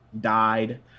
died